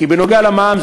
בנוגע למע"מ,